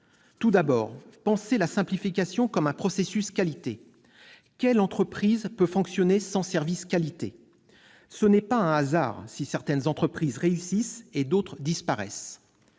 consiste à penser la simplification comme un processus qualité. Quelle entreprise peut fonctionner sans service qualité ? Ce n'est pas un hasard si certaines entreprises réussissent alors que d'autres disparaissent.